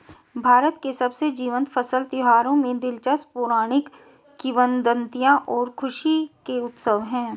भारत के सबसे जीवंत फसल त्योहारों में दिलचस्प पौराणिक किंवदंतियां और खुशी के उत्सव है